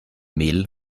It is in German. mehl